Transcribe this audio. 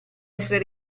essere